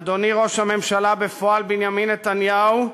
אדוני ראש הממשלה בפועל בנימין נתניהו,